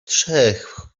trzech